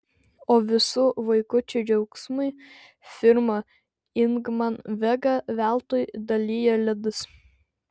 o visų vaikučių džiaugsmui firma ingman vega veltui dalijo ledus